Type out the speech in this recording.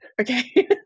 okay